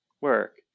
work